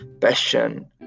passion